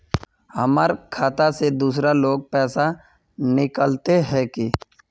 हमर खाता से दूसरा लोग पैसा निकलते है की?